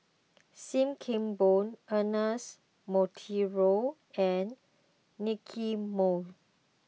Sim Kee Boon Ernest Monteiro and Nicky Moey